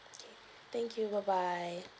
okay thank you bye bye